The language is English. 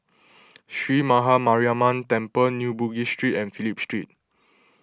Sree Maha Mariamman Temple New Bugis Street and Phillip Street